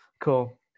Cool